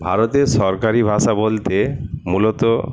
ভারতের সরকারি ভাষা বলতে মূলত